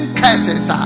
cases